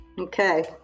Okay